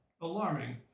alarming